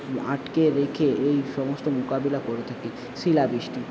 আটকে রেখে এই সমস্ত মোকাবিলা করে থাকে শিলাবৃষ্টি